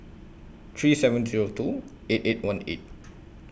three seven Zero two eight eight one eight